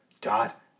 Dot